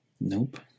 Nope